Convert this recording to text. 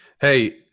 Hey